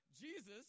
Jesus